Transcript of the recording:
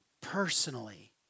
personally